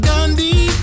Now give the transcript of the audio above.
Gandhi